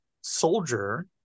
soldier